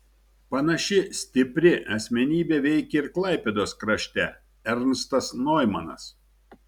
panaši stipri asmenybė veikė ir klaipėdos krašte ernstas noimanas